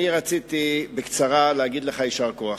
אני רציתי להגיד לך בקצרה: יישר כוח.